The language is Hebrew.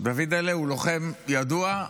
דוידל'ה הוא לוחם ידוע.